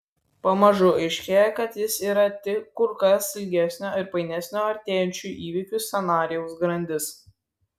pamažu aiškėja kad jis yra tik kur kas ilgesnio ir painesnio artėjančių įvykių scenarijaus grandis